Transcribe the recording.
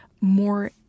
more